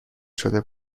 شده